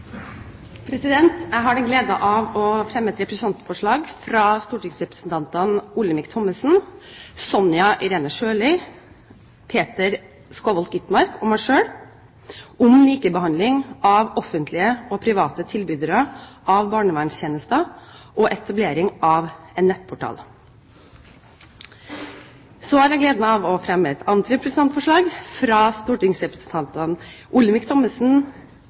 Jeg har gleden av å fremme et representantforslag fra stortingsrepresentantene Olemic Thommessen, Sonja Irene Sjøli, Peter Skovholt Gitmark og meg selv om likebehandling av offentlige og private tilbydere av barnevernstjenester og etablering av en nettportal. Så har jeg gleden av å fremme et annet representantforslag, fra stortingsrepresentantene Olemic Thommessen,